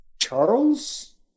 Charles